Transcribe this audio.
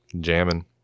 jamming